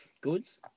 Goods